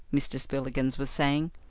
mr. spillikins was saying.